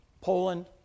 Poland